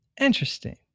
interesting